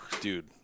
dude